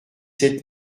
sept